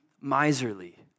miserly